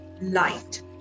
light